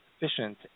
efficient